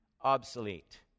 obsolete